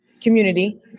community